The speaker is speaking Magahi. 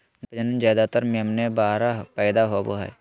भेड़ प्रजनन ज्यादातर मेमने बाहर पैदा होवे हइ